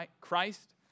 Christ